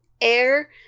air